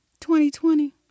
2020